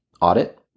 audit